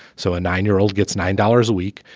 so a nine year old gets nine dollars a week.